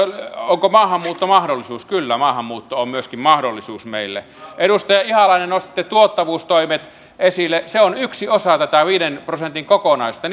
onko maahanmuutto mahdollisuus kyllä maahanmuutto on myöskin mahdollisuus meille edustaja ihalainen nostitte tuottavuustoimet esille se on yksi osa tätä viiden prosentin kokonaisuutta